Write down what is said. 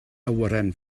awyren